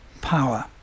power